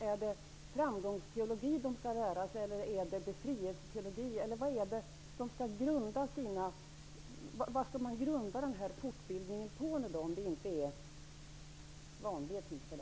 Är det framgångsteologi de skall lära sig eller är det befrielseteologi? Vad skall man grunda den här fortbildningen på, om det inte är på ''vanlig'' etik?